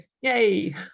yay